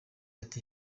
ati